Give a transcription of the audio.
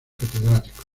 catedrático